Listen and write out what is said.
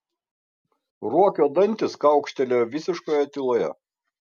ruokio dantys kaukštelėjo visiškoje tyloje